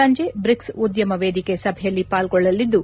ಸಂಜೆ ಬ್ರಿಕ್ಸ್ ಉದ್ಲಮ ವೇದಿಕೆ ಸಭೆಯಲ್ಲಿ ಪಾಲ್ಗೊಳ್ಬಲಿದ್ದು